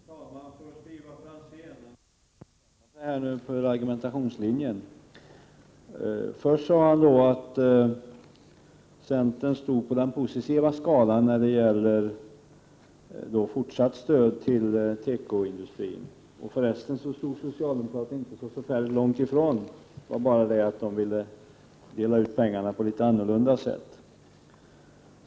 Herr talman! Först vill jag säga något till Ivar Franzén angående argumentationslinjen. Först sade han att centern stod på den positiva skalan när det gäller fortsatt stöd till tekoindustrin och att socialdemokraterna inte stod så förfärligt långt ifrån. Men de ville, enligt Ivar Franzén, dela ut pengarna på ett litet annorlunda sätt.